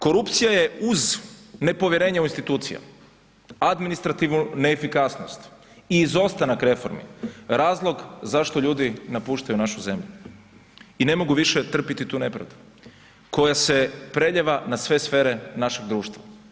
Korupcija je uz nepovjerenje u institucije, administrativnu neefikasnost i izostanak reformi razlog zašto ljudi napuštaju našu zemlju i ne mogu više trpiti tu nepravdu koja se preljeva na sve sfere našeg društva.